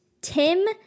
Tim